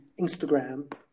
Instagram